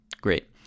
great